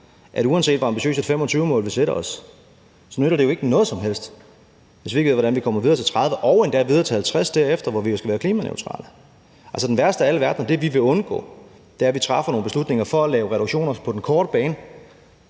at uanset hvor ambitiøst et 2025-mål vi sætter os, nytter det jo ikke noget som helst, hvis vi ikke ved, hvordan vi kommer videre til 2030 og endda videre til 2050 derefter, hvor vi jo skal være klimaneutrale. Altså, den værste af alle verdener og det, vi vil undgå, er, at vi træffer nogle beslutninger for at lave reduktioner på den korte bane,